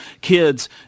Kids